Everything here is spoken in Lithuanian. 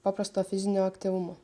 paprasto fizinio aktyvumo